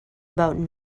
about